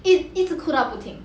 一一直哭到不停